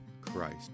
Christ